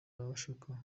ababashuka